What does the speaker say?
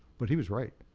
but he was right.